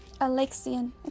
Alexian